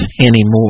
anymore